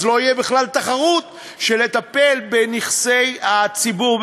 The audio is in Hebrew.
אז לא תהיה בכלל תחרות בטיפול בנכסי הציבור,